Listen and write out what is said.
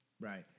right